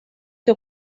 que